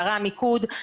בערי המיקוד,